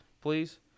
please